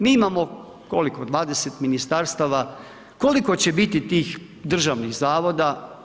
Mi imamo, koliko, 20 ministarstava, koliko će biti tih državnih zavoda?